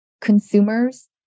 consumers